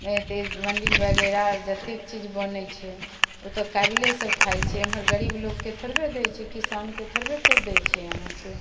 मे एते मन्दिर बगेरा जतेक चीज बनै छै ओतऽ काबिले सभ खाइ छै एमहर गरीब लोकके थोड़बे दै छै किसानके थोड़बे केओ दै छै अहाँके